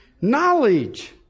Knowledge